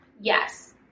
Yes